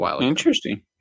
interesting